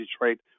Detroit